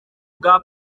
bwa